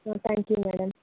thank you madam